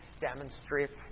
demonstrates